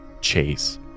Chase